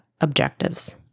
objectives